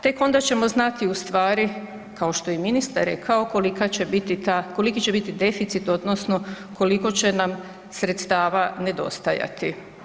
Tek onda ćemo znati ustvari kao što je i ministar rekao kolika će biti ta, koliki će biti deficit odnosno koliko će nam sredstava nedostajati.